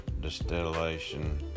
Distillation